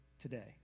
today